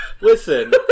Listen